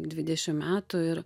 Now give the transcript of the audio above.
dvidešim metų ir